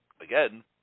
again –